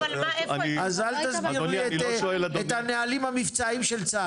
אז אל תסביר לי את הנהלים המבצעיים של צה"ל.